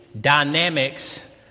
dynamics